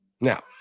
Now